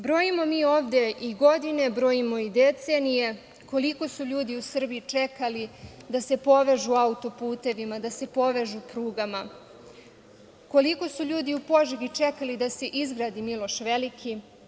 Brojimo mi ovde i godine, brojimo i decenije, koliko su ljudi u Srbiji čekali da se povežu auto-putevima, da se povežu prugama, koliko su ljudi u Požegi čekali da se izgradi "Miloš Veliki"